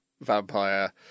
vampire